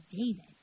David